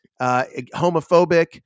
homophobic